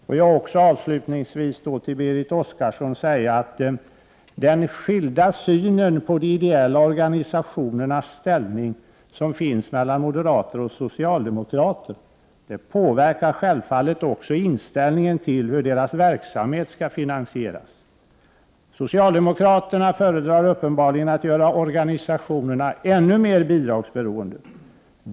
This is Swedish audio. Får jag avslutningsvis till Berit Oscarsson säga att den skilda synen mellan moderaterna och socialdemokraterna på de ideella organisationernas ställning självfallet påverkar också inställningen till hur vi vill att deras verksamhet skall finansieras. Socialdemokraterna föredrar uppenbarligen att göra organisationerna ännu mera bidragsberoende.